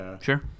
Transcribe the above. sure